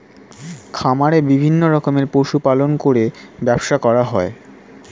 খামারে বিভিন্ন রকমের পশু পালন করে ব্যবসা করা হয়